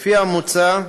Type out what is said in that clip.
לפי המוצע,